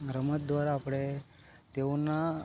રમત દ્વારા આપણે તેઓના